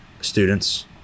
students